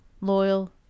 loyal